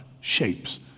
shapes